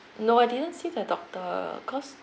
no I didn't see the doctor cause